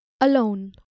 Alone